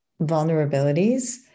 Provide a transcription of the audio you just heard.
vulnerabilities